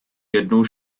jednou